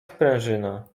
sprężyna